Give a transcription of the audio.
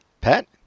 pet